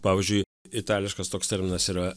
pavyzdžiui itališkas toks terminas yra